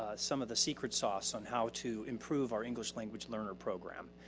ah some of the secret sauce on how to improve our english language learner program.